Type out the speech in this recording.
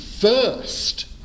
First